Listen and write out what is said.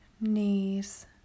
knees